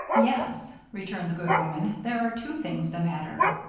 yes, returned the good woman, there are two things the matter.